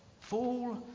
Fall